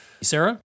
Sarah